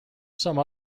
some